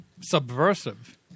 subversive